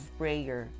prayer